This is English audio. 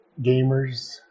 gamers